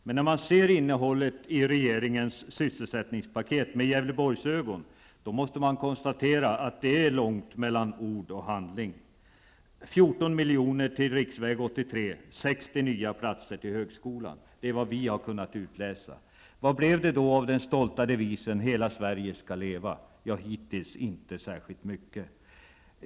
Men när man ser innehållet i regeringens sysselsättningspaket med Gävleborgsögon måste man konstatera att det är långt mellan ord och handling. 14 milj.kr. till riksväg 83, och 60 nya platser till högskolan. Det är vad vi har kunnat utläsa. Vad blev det av då av den stolta devisen ''Hela Sverige skall leva''? Hittills inte särskilt mycket.